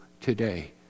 today